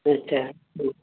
अच्छा हूं